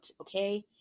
okay